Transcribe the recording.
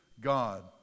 God